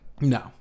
No